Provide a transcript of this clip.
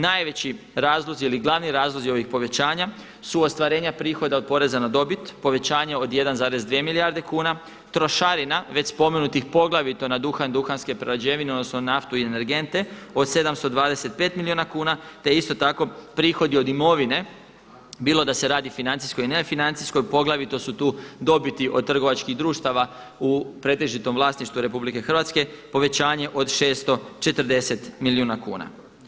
Najveći razlozi ili glavni razlozi ovih povećanja su ostvarenja prihoda od poreza na dobit, povećanje od 1,2 milijarde kuna, trošarina već spomenutih poglavito na duhan i duhanske prerađevine odnosno naftu i energente od 725 milijuna kuna te isto tako prihodi od imovine bilo da se radi financijsko i nefinancijskoj, poglavito su tu trgovačkih društava u pretežitom vlasništvu RH, povećanje od 640 milijuna kuna.